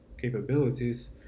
capabilities